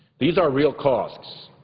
these are real costs.